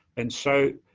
and so,